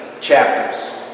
chapters